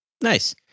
Nice